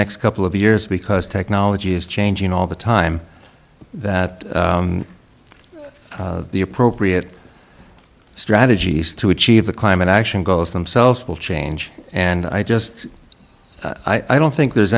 next couple of years because technology is changing all the time that the appropriate strategies to achieve the climate action goals themselves will change and i just i don't think there's